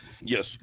yes